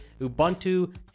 Ubuntu